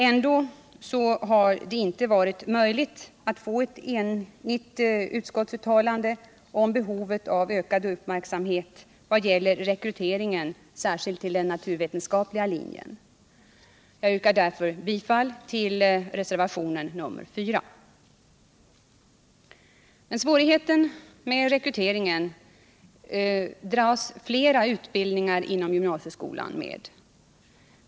Ändå har det inte varit möjligt att få ett enigt utskottsuttalande om behovet av ökad uppmärksamhet vad gäller rekryteringen till särskilt den naturvetenskapliiga linjen. Jag yrkar alltså bifall till reservationen 4. Flera utbildningar inom gymnasieskolan dras med svårigheter med rekryteringen.